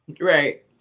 Right